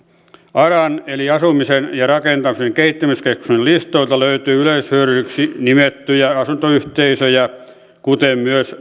aran eli asumisen rahoitus ja kehittämiskeskuksen listoilta löytyy yleishyödyllisiksi nimettyjä asuntoyhteisöjä kuten myös